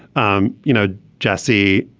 um you know jesse